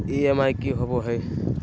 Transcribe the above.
EMI की होवे है?